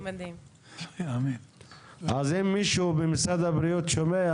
אם מישהו במשרד הבריאות שומע,